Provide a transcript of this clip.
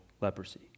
leprosy